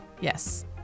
Yes